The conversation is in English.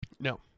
no